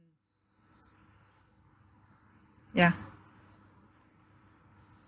ya